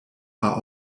are